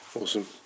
Awesome